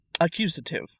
Accusative